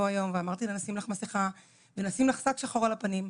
היום ואני אמרתי לה שנשים לה מסכה ונשים שק שחור על הפנים.